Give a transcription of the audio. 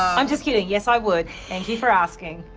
i'm just kidding. yes, i would. thank you for asking.